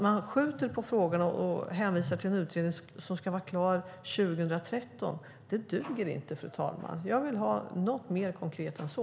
Man skjuter på frågorna och hänvisar till en utredning som ska vara klar 2013. Det duger inte, fru talman! Jag vill ha något mer konkret än så.